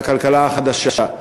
של הכלכלה החדשה.